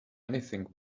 anything